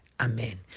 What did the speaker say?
Amen